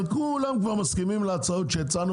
אבל כולם כבר מסכימים להצעות שהצענו,